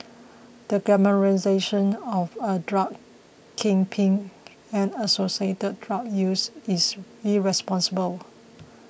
the glamorisation of a drug kingpin and associated drug use is irresponsible